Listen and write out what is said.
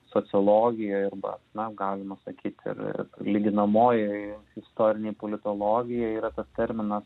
sociologijoj arba na galima sakyt ir lyginamojoj istorinėj politologijoj yra tas terminas